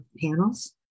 panels